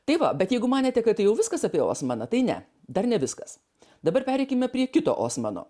tai va bet jeigu manėte kad tai jau viskas apie osmaną tai ne dar ne viskas dabar pereikime prie kito osmano